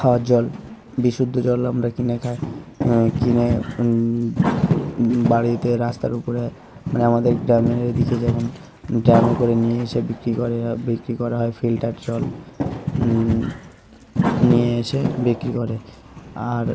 খাওয়ার জল বিশুদ্ধ জল আমরা কিনে খাই কিনে বাড়িতে রাস্তার উপরে মানে আমাদের গ্রামের ওই দিকে যেমন ড্রামে করে নিয়ে এসে বিক্রি করে বিক্রি করা হয় ফিল্টার জল নিয়ে এসে বিক্রি করে আর